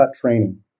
training